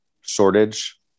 shortage